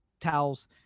Towels